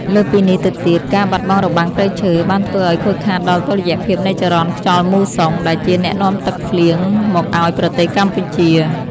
លើសពីនេះទៅទៀត ការបាត់បង់របាំងព្រៃឈើបានធ្វើឱ្យខូចខាតដល់តុល្យភាពនៃចរន្តខ្យល់មូសុង ដែលជាអ្នកនាំទឹកភ្លៀងមកឱ្យប្រទេសកម្ពុជា។